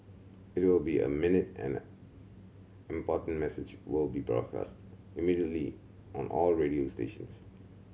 it will be a minute and important message will be broadcast immediately on all radio stations